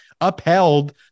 upheld